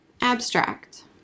Abstract